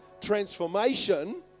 transformation